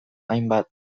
hainbat